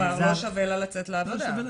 כלומר, לא שווה לה לצאת לעבודה.